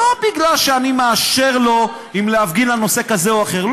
לא כי אני מאשר לו אם להפגין על נושא כזה או אחר,